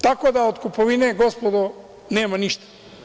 Tako da, od kupovine, gospodo, nema ništa.